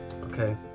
okay